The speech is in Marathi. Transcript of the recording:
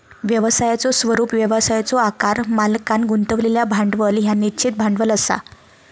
व्यवसायाचो स्वरूप, व्यवसायाचो आकार, मालकांन गुंतवलेला भांडवल ह्या निश्चित भांडवल असा